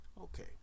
Okay